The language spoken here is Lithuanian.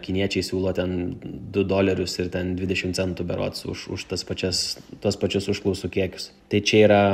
kiniečiai siūlo ten du dolerius ir ten dvidešim centų berods už už tas pačias tuos pačius užklausų kiekius tai čia yra